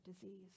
disease